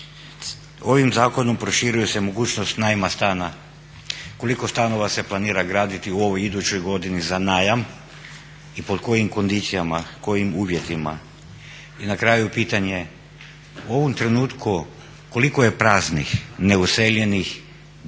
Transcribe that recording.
Ovim zakonom proširuje se mogućnost najma stana, koliko stanova se planira graditi u ovoj idućoj godini za najam i pod kojim kondicijama, kojim uvjetima. I na kraju pitanje, u ovom trenutku koliko je praznih neuseljenih